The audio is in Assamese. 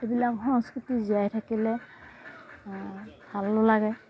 এইবিলাক সংস্কৃতি জীয়াই থাকিলে ভালো লাগে